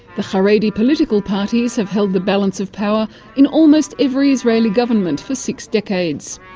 the haredi political parties have held the balance of power in almost every israeli government for six decades.